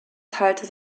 teilte